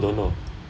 I also don't know